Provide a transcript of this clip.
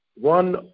one